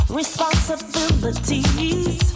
responsibilities